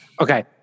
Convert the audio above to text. Okay